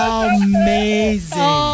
amazing